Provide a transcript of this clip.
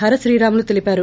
హర శ్రీరాములు తెలిపారు